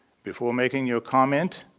before making your comment,